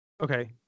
Okay